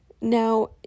Now